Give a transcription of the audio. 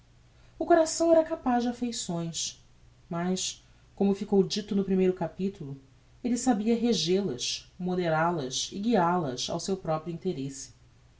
o coração era capaz de affeições mas como ficou dito no primeiro capitulo elle sabia rege las modera las e guia las ao seu proprio interesse